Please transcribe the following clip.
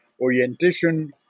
orientation